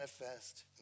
manifest